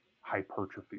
hypertrophy